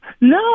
No